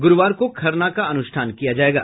गुरूवार को खरना का अनुष्ठान किया जायेगा